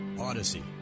Odyssey